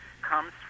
comes